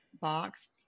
box